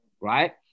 right